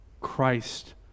Christ